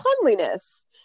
cleanliness